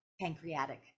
pancreatic